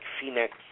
Phoenix